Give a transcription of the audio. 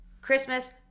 Christmas